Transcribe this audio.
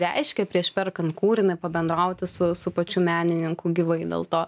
reiškia prieš perkant kūrinį pabendrauti su su pačiu menininku gyvai dėl to